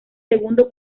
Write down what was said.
segundo